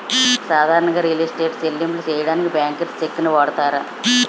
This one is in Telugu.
సాధారణంగా రియల్ ఎస్టేట్ చెల్లింపులు సెయ్యడానికి బ్యాంకర్స్ చెక్కుని వాడతారు